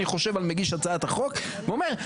חושב על מגיש הצעת החוק ואני אומר,